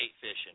fishing